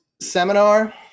seminar